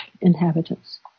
inhabitants